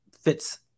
fits